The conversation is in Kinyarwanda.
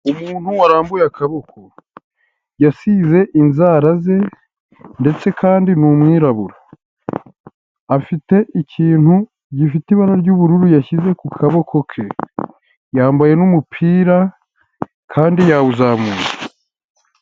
Umuntu warambuye akaboko yasize inzara ze ndetse kandi ni umwirabura, afite ikintu gifite ibara ry'ubururu, yashyize ku kaboko ke, yambaye n'umupira kandi yawuzamuka.